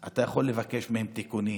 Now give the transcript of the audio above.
אתה יכול לבקש מהם תיקונים,